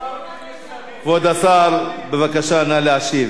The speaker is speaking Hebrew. כבוד השר, בבקשה, נא להשיב.